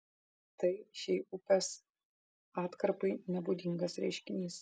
tai šiai upės atkarpai nebūdingas reiškinys